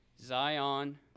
Zion